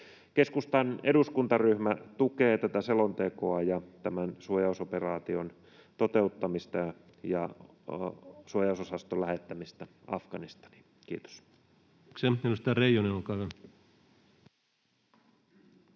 Keskustan eduskuntaryhmä tukee tätä selontekoa ja tämän suojausoperaation toteuttamista ja suojausosaston lähettämistä Afganistaniin. — Kiitos.